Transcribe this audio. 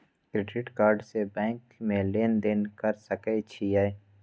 Credit card से bank में लेन देन कर सके छीये?